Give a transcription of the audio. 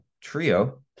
trio